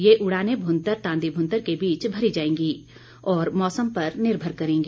ये उड़ाने भूंतर तांदी भूंतर की बीच भरी जाएंगी और मौसम पर निर्भर करेंगी